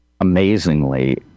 amazingly